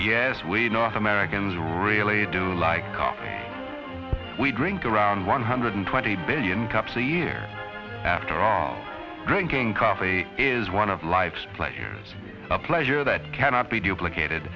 d s we know americans really do like we drink around one hundred twenty billion cups a year after drinking coffee is one of life's pleasures a pleasure that cannot be duplicated